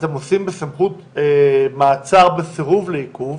אתם עושים בסמכות מעצר בסירוב לעיכוב